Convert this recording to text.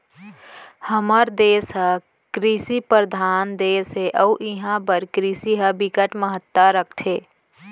हमर देस ह कृषि परधान देस हे अउ इहां बर कृषि ह बिकट महत्ता राखथे